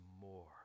more